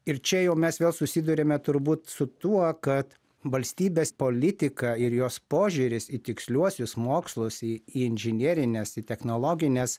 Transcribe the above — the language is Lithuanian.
ir čia jau mes vėl susiduriame turbūt su tuo kad valstybės politika ir jos požiūris į tiksliuosius mokslus į į inžinerines į technologines